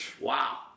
Wow